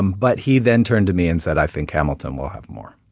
um but he then turned to me and said, i think hamilton will have more.